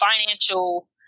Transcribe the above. financial